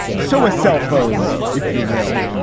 so a cell phone, if you will,